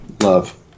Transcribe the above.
love